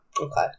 Okay